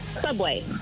Subway